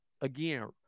again